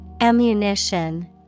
Ammunition